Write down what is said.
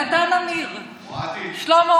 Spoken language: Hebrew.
מתן אמיר: שלמה,